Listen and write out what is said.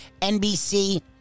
NBC